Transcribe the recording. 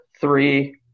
three